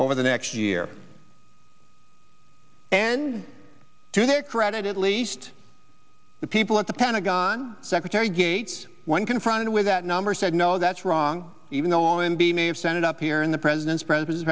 over the next year and to their credit at least the people at the pentagon secretary gates when confronted with that number said no that's wrong even though and b may have sent it up here in the president's